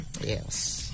yes